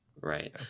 Right